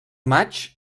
maig